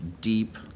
deep